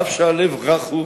אף שהלב רך הוא,